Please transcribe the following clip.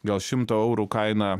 gal šimto eurų kaina